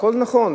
הכול נכון,